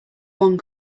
one